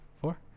Four